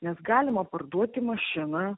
nes galima parduoti mašiną